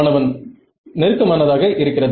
மாணவன் நெருக்கமானதாக இருக்கிறது